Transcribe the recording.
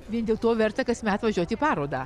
vien dėl to verta kasmet važiuot į parodą